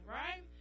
right